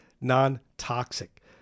non-toxic